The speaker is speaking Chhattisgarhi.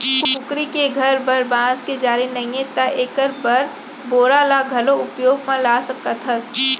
कुकरी के घर बर बांस के जाली नइये त एकर बर बोरा ल घलौ उपयोग म ला सकत हस